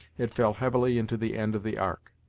it fell heavily into the end of the ark.